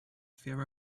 fear